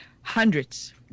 Hundreds